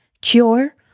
cure